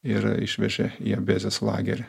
ir išvežė į abezės lagerį